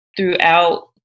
Throughout